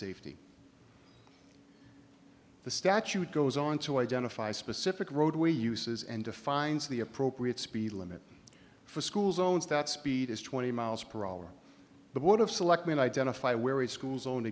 safety the statute goes on to identify specific roadway uses and defines the appropriate speed limit for school zones that speed is twenty miles per hour the board of selectmen identify where his school zone